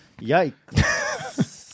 Yikes